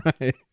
right